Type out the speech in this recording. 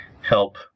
help